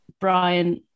Brian